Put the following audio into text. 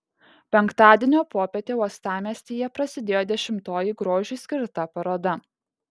penktadienio popietę uostamiestyje prasidėjo dešimtoji grožiui skirta paroda